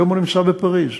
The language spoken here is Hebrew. היום הוא נמצא בפריז.